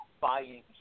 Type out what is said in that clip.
buying